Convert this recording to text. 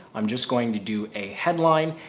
i'm just going to do a headline.